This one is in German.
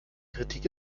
kritik